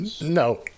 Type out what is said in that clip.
No